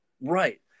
right